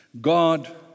God